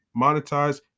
monetize